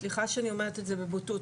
סליחה שאני אומרת את זה בבוטות,